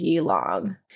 Long